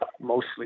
mostly